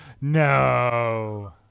No